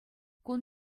кун